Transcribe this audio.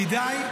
כדאי,